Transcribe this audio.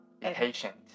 Patient